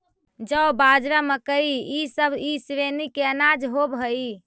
जौ, बाजरा, मकई इसब ई श्रेणी के अनाज होब हई